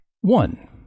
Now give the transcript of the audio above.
one